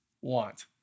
want